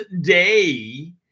day